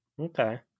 Okay